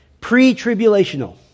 Pre-tribulational